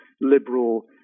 liberal